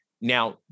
Now